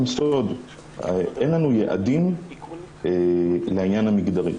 אין לנו יעדים לעניין המגדרי.